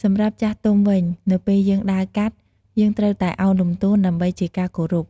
សម្រាប់ចាស់ទុំវិញ នៅពេលយើងដើរកាត់ យើងត្រូវតែឱនលំទោនដើម្បីជាការគោរព។